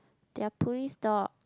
they are police dog